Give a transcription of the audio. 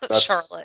Charlotte